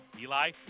Eli